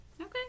Okay